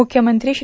मुख्यमंत्री श्री